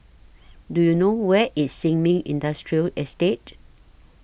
Do YOU know Where IS Sin Ming Industrial Estate